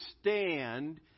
stand